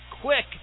quick